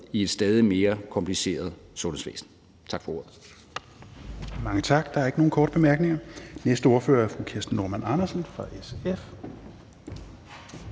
i et stadig mere kompliceret sundhedsvæsen. Tak for ordet.